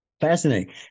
Fascinating